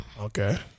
Okay